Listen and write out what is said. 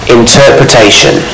interpretation